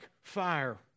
fire